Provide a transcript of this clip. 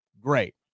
Great